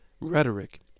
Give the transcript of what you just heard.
rhetoric